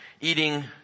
eating